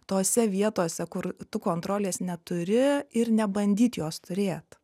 tose vietose kur tu kontrolės neturi ir nebandyt jos turėt